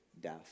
death